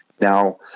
Now